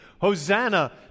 Hosanna